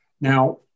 Now